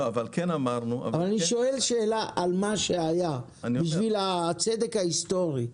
אני שואל על מה שהיה, בשביל הצדק ההיסטורי.